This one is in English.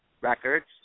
Records